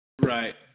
Right